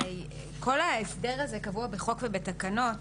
הרי כל ההסדר הזה קבוע בחוק ובתקנות,